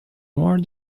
more